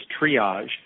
triage